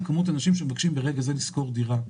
כמות אנשים שמבקשים ברגע זה לשכור דירה.